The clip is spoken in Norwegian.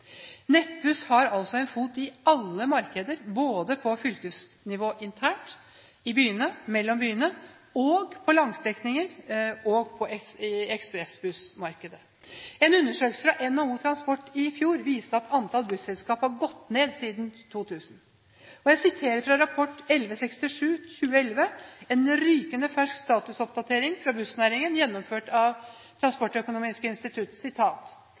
har altså en fot i alle markeder, både på fylkesnivå internt, i byene, mellom byene, på langstrekninger og i ekspressbussmarkedet. En undersøkelse fra NHO Transport i fjor viste at antall busselskaper har gått ned siden 2000. Jeg siterer fra rapport 1167/2011, en rykende fersk statusoppdatering for bussnæringen gjennomført av Transportøkonomisk institutt: